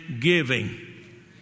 giving